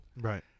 right